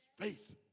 Faith